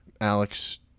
Alex